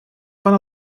fan